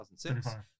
2006